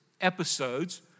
episodes